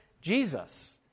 Jesus